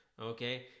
Okay